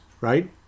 right